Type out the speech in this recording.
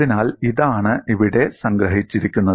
അതിനാൽ ഇതാണ് ഇവിടെ സംഗ്രഹിച്ചിരിക്കുന്നത്